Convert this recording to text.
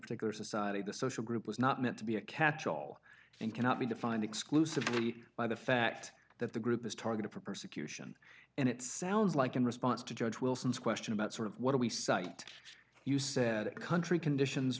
particular society the social group was not meant to be a catchall and cannot be defined exclusively by the fact that the group is targeted for persecution and it sounds like in response to george wilson's question about sort what we cite you said country conditions